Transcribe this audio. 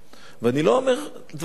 אני לא אומר דברים לחינם.